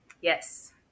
Yes